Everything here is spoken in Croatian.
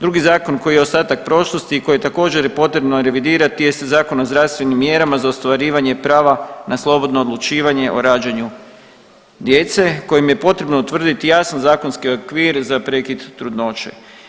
Drugi zakon koji je ostatak prošlosti i koji također je potrebno revidirati jeste Zakon o zdravstvenim mjerama za ostvarivanje prava na slobodno odlučivanje o rađanju djece kojim je potrebno utvrditi jasan zakonski okvir za prekid trudnoće.